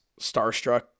starstruck